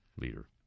leader